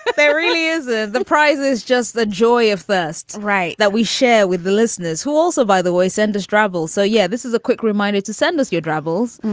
there really is ah the prize is just the joy of first right that we share with the listeners who also, by the way, send us drabble. so, yeah, this is a quick reminder to send us your travels.